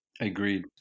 Agreed